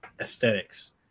aesthetics